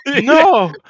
No